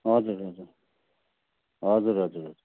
हजुर हजुर हजुर